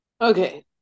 Okay